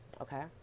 Okay